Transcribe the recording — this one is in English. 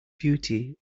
beauty